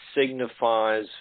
signifies